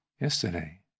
yesterday